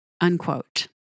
Unquote